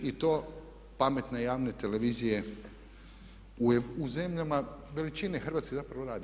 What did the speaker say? I to pametne javne televizije u zemljama veličine Hrvatske zapravo rade.